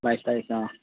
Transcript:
বাইছ তাৰিখে অঁ